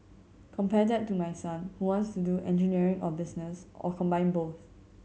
compare that to my son who wants to do engineering or business or combine both